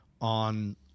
on